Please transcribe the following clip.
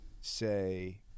say